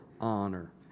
honor